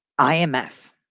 IMF